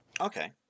Okay